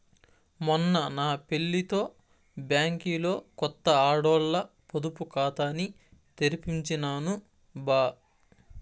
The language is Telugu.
మొన్న నా పెళ్లితో బ్యాంకిలో కొత్త ఆడోల్ల పొదుపు కాతాని తెరిపించినాను బా